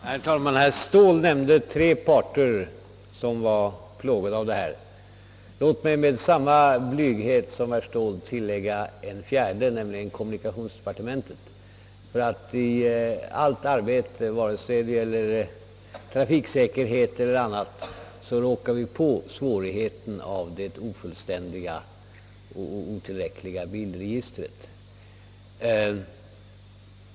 Herr talman! Herr Ståhl nämnde tre parter som var plågade av det nuvarande tillståndet i fråga om bilregistret. Låt mig med samma blygsamhet som herr Ståhl tillägga en fjärde, nämligen kommunikationsdepartementet. I allt arbete, vare sig det gäller trafiksäkerhet eller annat, råkar vi på svårigheter som följer med det ofullständiga och otillräckliga bilregistret.